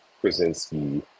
krasinski